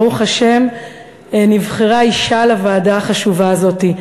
ברוך השם נבחרה אישה לוועדה החשובה הזאת.